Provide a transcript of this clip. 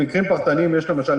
במקרים פרטניים למשל,